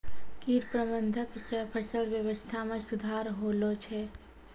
कीट प्रबंधक से फसल वेवस्था मे सुधार होलो छै